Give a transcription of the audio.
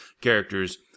characters